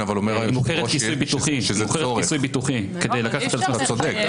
מוכרת כיסוי ביטוחי --- אתה צודק,